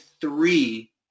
three